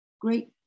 great